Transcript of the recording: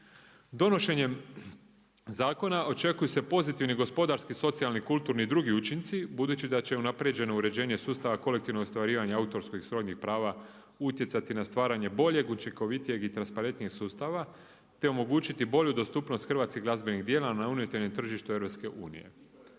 Donošenjem zakona očekuju se pozitivni gospodarski, socijalni, kulturni i drugi učinci budući da će unaprijeđeno uređenje sustava kolektivnog ostvarivanja autorskih i srodnih prava utjecati na stvaranje boljeg, učinkovitijeg i transparentnijeg sustava te omogućiti bolju dostupnost hrvatskih glazbenih djela na unutarnjem tržištu EU.